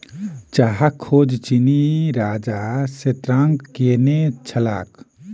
चाहक खोज चीनी राजा शेन्नॉन्ग केने छलाह